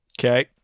Okay